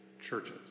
churches